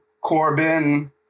Corbin